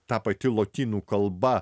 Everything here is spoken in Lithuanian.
ta pati lotynų kalba